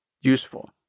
useful